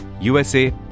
USA